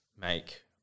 make